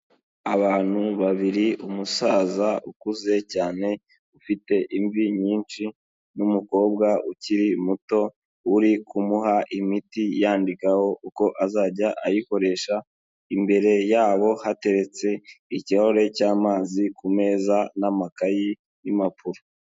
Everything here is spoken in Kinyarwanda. Abantu babiri umusaza ukuze cyane ufite imvi nyinshi n'umukobwa ukiri muto uri kumuha imiti yandikaho uko azajya ayikoresha, imbere yabo hateretse ikirahure cy'amazi ku meza n'amakayi n'impapuro.